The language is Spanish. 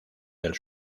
del